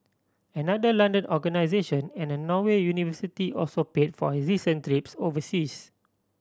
another London organisation and a Norway university also paid for his recent trips overseas